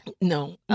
No